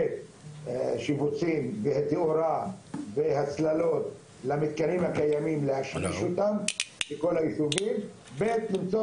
שיפוצים בתאורה והצללות למתקנים הקיימים בכל היישובים ולמצוא